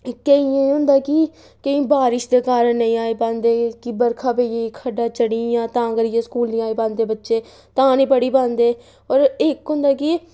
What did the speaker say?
ते केईं होंदा कि ते केईं बारिश दे कारण नेईं आई पांदे कि बरखा पेई खड्डां चढ़ी गेइयां ते तां करियै स्कूल निं आई पांदे बच्चे ते तां निं पढ़ी पांदे एह् इक्क होंदा कि